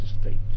state